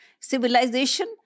civilization